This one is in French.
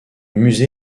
musée